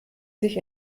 sich